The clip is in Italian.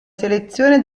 selezione